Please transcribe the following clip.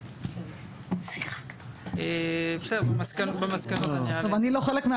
שמעון, אני לא חושב שיש